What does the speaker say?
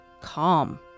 calm